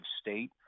state